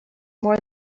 more